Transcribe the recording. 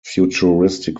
futuristic